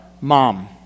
mom